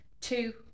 two